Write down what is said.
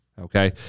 okay